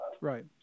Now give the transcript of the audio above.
Right